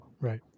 Right